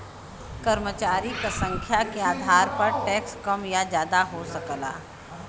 कर्मचारी क संख्या के आधार पर टैक्स कम या जादा हो सकला